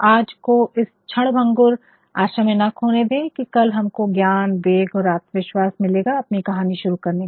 आज को इस क्षणभंगुर आशा में ना खोने दें कि कल हमको ज्ञान वेग और आत्मविश्वास मिलेगा अपनी कहानी शुरू करने का